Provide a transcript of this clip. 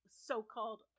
so-called